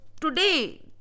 today